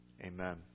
Amen